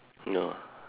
ya